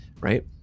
right